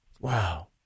Wow